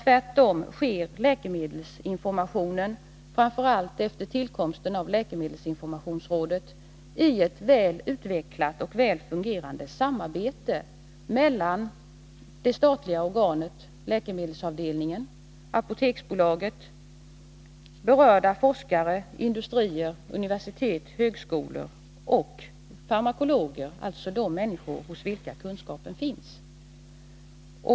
Tvärtom sker läkemedelsinformationen — framför allt efter tillkomsten av läkemedelsinformationsrådet — i ett väl utvecklat och väl fungerande samarbete mellan det statliga organet, läkemedelsavdelningen, Apoteksbolaget, berörda forskare, industrier, universitet, högskolor och farmakologer — alltså de människor hos vilka kunskapen finns.